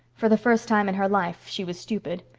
for the first time in her life she was stupid.